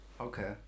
Okay